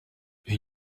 une